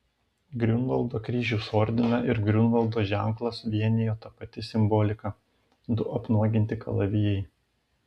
griunvaldo kryžiaus ordiną ir griunvaldo ženklą vienijo ta pati simbolika du apnuoginti kalavijai